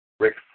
Rick